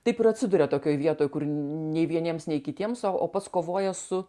taip ir atsiduria tokioj vietoj kur nei vieniems nei kitiems o o pats kovoja su